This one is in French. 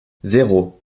zéro